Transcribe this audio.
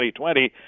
2020